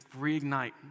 reignite